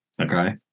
Okay